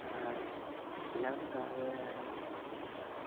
എല്ലാവരും കാണുകയാണ്